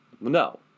No